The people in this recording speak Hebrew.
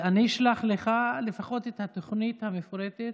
אני אשלח לך לפחות את התוכנית המפורטת,